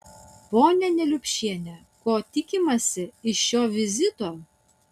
ponia neliupšiene ko tikimasi iš šio vizito